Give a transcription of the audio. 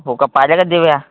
हो का पाहिल्या का देव्या